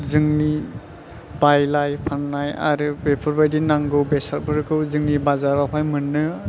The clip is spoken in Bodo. जोंनि बायलाय फाननाय आरो बेफोरबादि नांगौ बेसादफोरखौ जोंनि बाजारावहाय मोननो